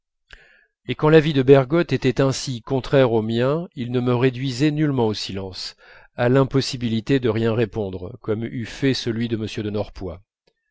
et quand l'avis de bergotte était ainsi contraire au mien il ne me réduisait nullement au silence à l'impossibilité de rien répondre comme eût fait celui de m de